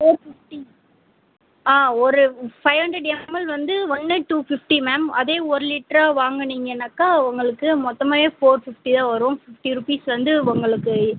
four fifty ஆ ஒரு five hundred ml வந்து ஒன்று டூ ஃபிஃப்டி மேம் அதே ஒரு லிட்டரா வாங்கினீங்கனாக்கா உங்களுக்கு மொத்தமாகவே ஃபோர் ஃபிஃப்டி தான் வரும் ஃபிஃப்டி ருப்பீஸ் வந்து உங்களுக்கு